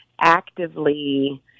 actively